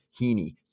Heaney